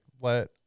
let